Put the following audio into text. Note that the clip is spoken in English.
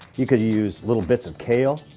you can use little bits of kale.